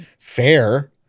fair